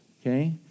okay